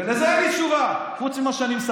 לזה אין לי תשובה,